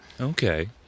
Okay